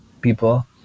people